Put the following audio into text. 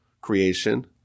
creation